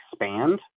expand